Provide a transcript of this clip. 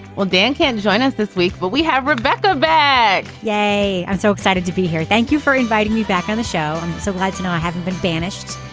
well, dan can join us this week, but we have rebecca back. yay! i'm so excited to be here. thank you for inviting me back on the show. i'm so glad to know i haven't been banished.